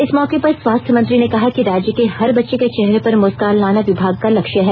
इस मौके पर स्वास्थ्य मंत्री ने कहा कि राज्य के हर बच्चे के चेहरे पर मुस्कान लाना विभाग का लक्ष्य है